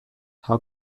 how